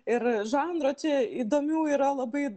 ir žanruose įdomių yra labai